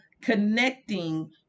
connecting